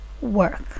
work